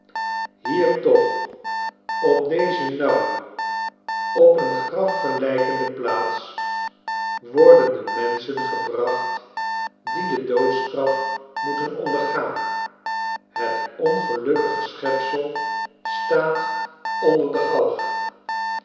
hier toch op deze nauwe op een graf gelykende plaats worden de inenschen ebracht die de doodstraf moeten ondergaan het ongelukkige schepsel staat onder de galg